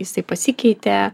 jisai pasikeitė